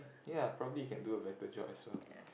ya probably you can do a better job as well